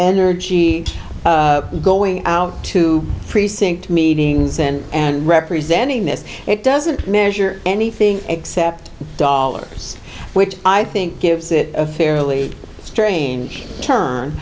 energy going out to precinct meetings and and representing this it doesn't measure anything except dollars which i think gives it a fairly strange turn